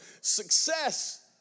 success